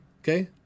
Okay